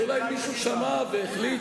אז אולי מישהו שמע והחליט